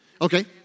Okay